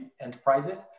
enterprises